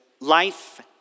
life